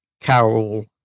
Carol